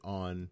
on